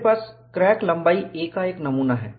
मेरे पास क्रैक लम्बाई a का एक नमूना है